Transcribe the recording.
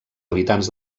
habitants